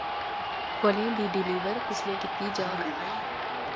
फलें दी डलीवरी कुसलै कीती जाग